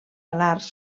alars